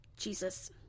Jesus